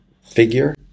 figure